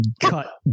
cut